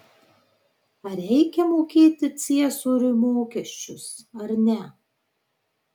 ar reikia mokėti ciesoriui mokesčius ar ne